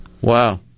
Wow